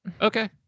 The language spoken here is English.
Okay